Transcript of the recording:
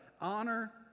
Honor